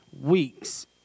weeks